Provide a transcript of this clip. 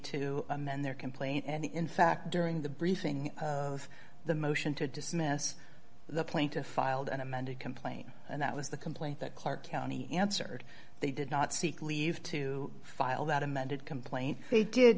to amend their complaint and in fact during the briefing of the motion to dismiss the plaintiff filed an amended complaint and that was the complaint that clark county answered they did not seek leave to file that amended complaint they did